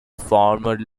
former